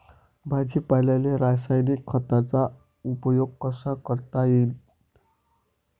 भाजीपाल्याले रासायनिक खतांचा उपयोग कसा करता येईन?